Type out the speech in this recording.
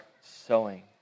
sowing